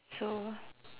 so